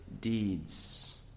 deeds